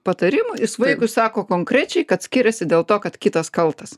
patarimų jis vaikui sako konkrečiai kad skiriasi dėl to kad kitas kaltas